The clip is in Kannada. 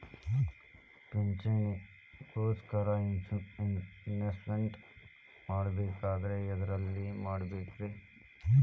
ಪಿಂಚಣಿ ಗೋಸ್ಕರ ಇನ್ವೆಸ್ಟ್ ಮಾಡಬೇಕಂದ್ರ ಎದರಲ್ಲಿ ಮಾಡ್ಬೇಕ್ರಿ?